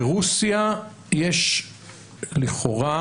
ברוסיה יש לכאורה